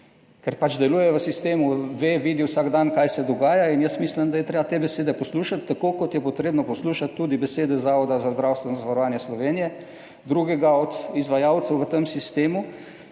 ker pač deluje v sistemu, ve, vidi vsak dan kaj se dogaja in jaz mislim, da je treba te besede poslušati tako kot je potrebno poslušati tudi besede Zavoda za zdravstveno zavarovanje Slovenije, drugega od izvajalcev v tem sistemu,